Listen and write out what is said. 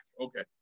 Okay